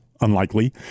unlikely